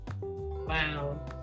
Wow